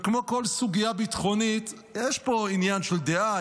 וכמו כל סוגיה ביטחונית יש פה עניין של דעה,